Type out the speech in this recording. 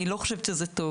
אני לא חושבת שזה טוב,